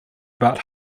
about